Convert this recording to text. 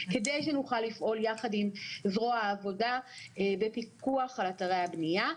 כדי שנוכל לפעול יחד עם זרוע העבודה בפיקוח על אתרי הבניה.